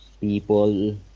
people